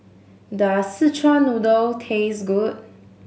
does Szechuan Noodle taste good